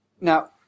Now